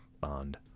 Bond